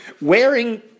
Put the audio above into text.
wearing